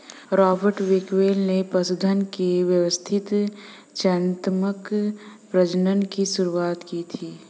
Robert Bakewell ने पशुधन के व्यवस्थित चयनात्मक प्रजनन की शुरुआत की थी